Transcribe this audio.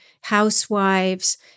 housewives